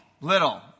Little